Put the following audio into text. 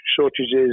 shortages